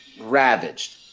ravaged